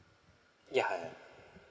yeah ya